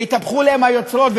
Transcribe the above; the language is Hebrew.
והתהפכו להם היוצרות,